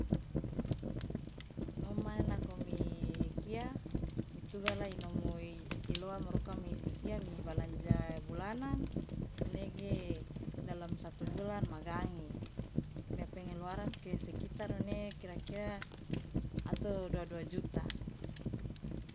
Ngom mane nako mi kia mi tugala inomo iloa moruoka misi kia mi balanja bulanan manege dalam satu bulan magange mia pengeluaran sekitar mane kira kira ato dua- dua juta.